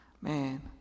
man